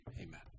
Amen